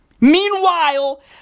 meanwhile